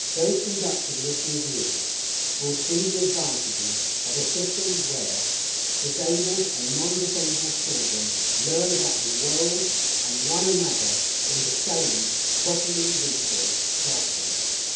those conducting this review will see the advantages of a system where disabled and non-disabled children learn about the world and one another in the same properly resourced classrooms